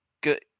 good